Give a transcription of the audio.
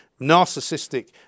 narcissistic